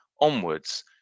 onwards